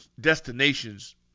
destinations